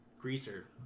greaser